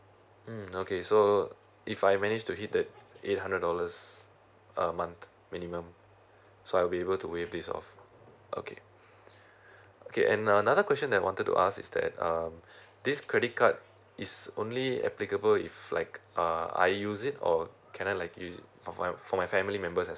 mm okay so if I manage to hit the eight hundred dollars a month minimum so I'll be able to waive this off okay okay and another question that I wanted to ask is that um this credit card is only applicable if like uh I use it or can I like use it for my for my family members as